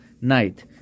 night